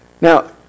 Now